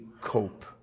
cope